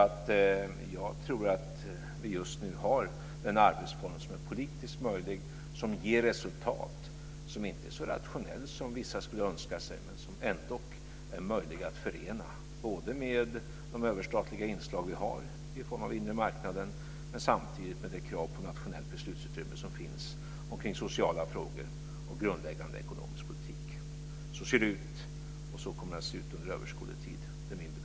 Jag tror att vi just nu har den arbetsform som är politiskt möjlig och som ger resultat. Den är inte så rationell som vissa skulle önska sig, men den är ändå möjlig att förena både med de överstatliga inslag som vi har i form av den inre marknaden och med de krav på nationellt beslutsutrymme som finns när det gäller sociala frågor och grundläggande ekonomisk politik. Så kommer det enligt min bedömning också att se ut under överskådlig tid.